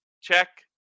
check